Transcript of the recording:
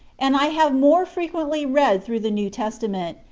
and i have more frequently read through the new testament,